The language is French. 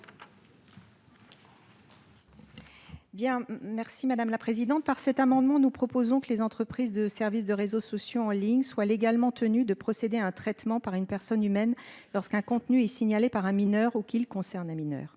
merci madame la présidente par cet amendement. Nous proposons que les entreprises de service de réseaux sociaux en ligne soit légalement tenus de procéder à un traitement par une personne humaine lorsqu'un contenu est signalé par un mineur ou qu'il concerne un mineur,